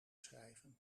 schrijven